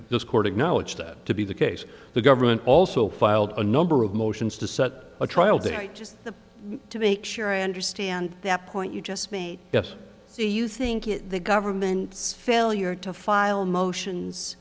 this court acknowledged that to be the case the government also filed a number of motions to set a trial date just to make sure i understand that point you just made yes do you think it the government's failure to file motions